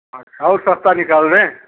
अच्छा और सस्ता निकाल दें